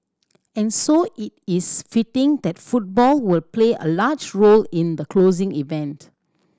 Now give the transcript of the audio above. and so it is fitting that football will play a large role in the closing event